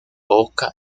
oca